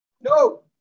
no